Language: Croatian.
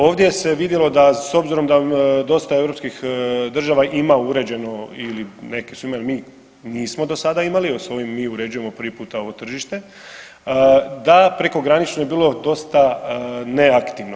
Ovdje se vidjelo da s obzirom da dosta europskih država ima uređeno ili neke su imale, mi smo do sada imali, sa ovim mi uređujemo prvi puta ovo tržište, da prekogranično je bilo dosta neaktivno.